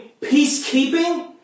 peacekeeping